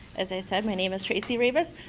as i said, my name is tracy revis.